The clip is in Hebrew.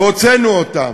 והוצאנו אותן: